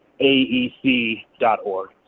AEC.org